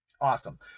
Awesome